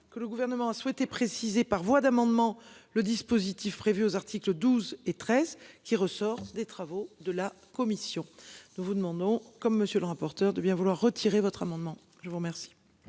que le gouvernement a souhaité préciser par voie d'amendement, le dispositif prévu aux articles 12 et 13 qui ressort des travaux de la commission. Nous vous demandons, comme monsieur le rapporteur, de bien vouloir retirer votre amendement, je vous remercie.